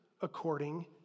according